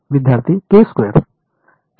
विद्यार्थीः